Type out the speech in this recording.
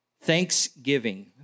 Thanksgiving